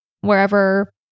wherever